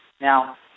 Now